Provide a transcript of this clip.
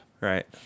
Right